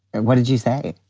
and what did you say?